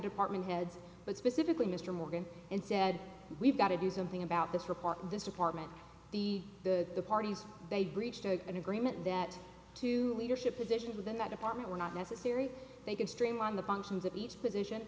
department heads but specifically mr morgan and said we've got to do something about this report this department the the parties they breached an agreement that two leadership positions within that department were not necessary they can streamline the functions of each position